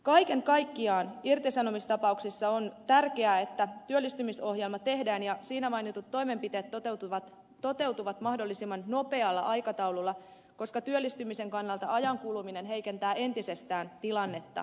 kaiken kaikkiaan irtisanomistapauksissa on tärkeää että työllistymisohjelma tehdään ja siinä mainitut toimenpiteet toteutuvat mahdollisimman nopealla aikataululla koska työllistymisen kannalta ajan kuluminen heikentää entisestään tilannetta